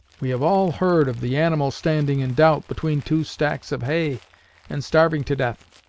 we have all heard of the animal standing in doubt between two stacks of hay and starving to death.